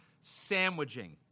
sandwiching